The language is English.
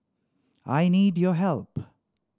I need your help